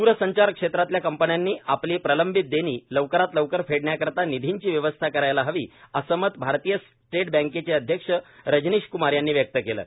द्रसंचार क्षेत्रातल्या कंपन्यांनी आपली प्रलंबित देणी लवकरात लवकर फेडण्याकरता निधीची व्यवस्था करायला हवी असं मत भारतीय स्टेट बँकेचे अध्यक्ष रजनीश कुमार यांनी व्यक्त केलं आहे